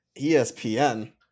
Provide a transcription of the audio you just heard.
ESPN